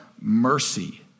mercy